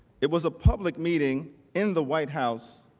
it was a public meeting in the white house.